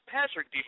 Patrick